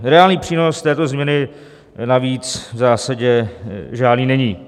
Reálný přínos této změny navíc v zásadně žádný není.